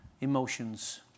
emotions